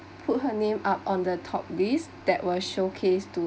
put her name up on the top list that were showcased to